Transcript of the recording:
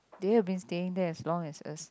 they have been staying there as long as us